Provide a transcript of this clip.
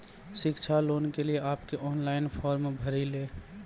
शिक्षा लोन के लिए आप के ऑनलाइन फॉर्म भरी ले?